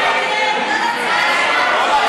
ההצעה להעביר לוועדה את הצעת חוק הצעת חוק אדמות נסיגת ים המלח,